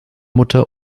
mutter